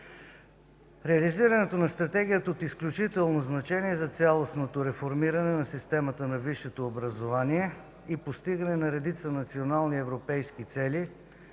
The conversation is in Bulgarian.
Реализирането на Стратегията е от изключително значение за цялостното реформиране на системата на висшето образование и постигане на редица национални и европейски цели,